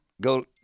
go